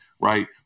right